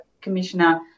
Commissioner